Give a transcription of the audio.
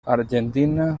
argentina